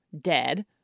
dead